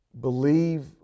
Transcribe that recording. believe